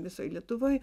visoj lietuvoj